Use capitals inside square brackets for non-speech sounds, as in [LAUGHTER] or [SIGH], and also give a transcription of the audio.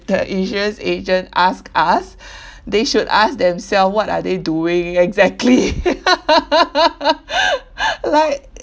the insurance agent ask us [BREATH] they should ask themself what are they doing exactly [LAUGHS] like